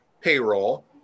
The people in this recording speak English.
payroll